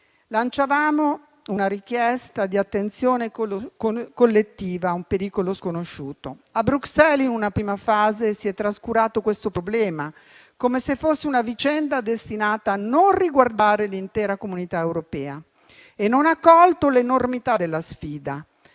Lanciavamo una richiesta di attenzione collettiva rispetto a un pericolo sconosciuto. A Bruxelles in una prima fase si è trascurato questo problema, come se fosse una vicenda destinata a non riguardare l'intera Comunità europea e non è stata colta l'enormità della sfida